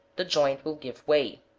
the joint will give way.